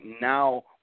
now